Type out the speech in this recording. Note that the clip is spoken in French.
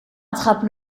attrape